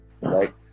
right